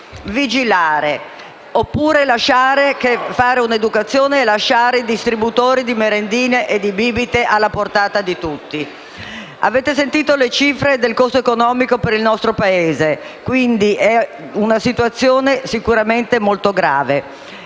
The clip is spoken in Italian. vigilare, oppure fare educazione e lasciare distributori di merendine e bibite alla portata di tutti. Avete ascoltato le cifre del costo economico per il nostro Paese; è una situazione sicuramente molto grave.